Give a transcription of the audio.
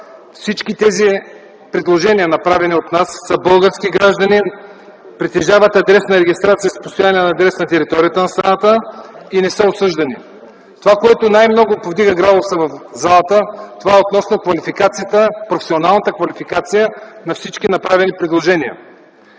Всички предложени членове са български граждани, притежават адресна регистрация с постоянен адрес на територията на страната и не са осъждани. Това, което най-много повдига градуса в залата, е относно професионалната квалификация на всички направени предложения.